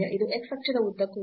ಇದು x ಅಕ್ಷದ ಉದ್ದಕ್ಕೂ ಇದೆ